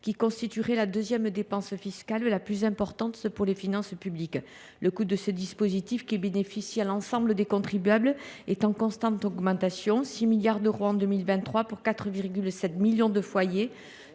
qui constitue, semble t il, la deuxième dépense fiscale la plus importante pour les finances publiques. Le coût de ce dispositif, qui profite à l’ensemble des contribuables, est en constante augmentation : il s’est élevé à 6 milliards d’euros en 2023 pour 4,7 millions de foyers,